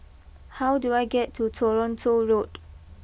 how do I get to Toronto Road